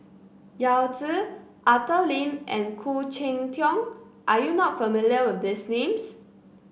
Yao Zi Arthur Lim and Khoo Cheng Tiong are you not familiar with these names